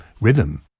rhythm